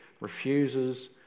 refuses